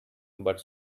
but